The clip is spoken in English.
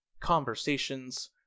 conversations